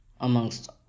amongst